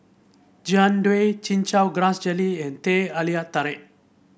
Jian Dui Chin Chow Grass Jelly and Teh Alia Tarik